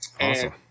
awesome